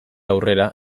aurrera